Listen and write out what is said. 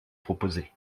proposez